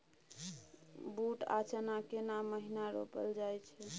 बूट आ चना केना महिना रोपल जाय छै?